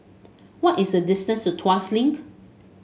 what is the distance Tuas Link